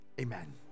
Amen